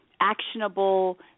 actionable